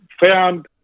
found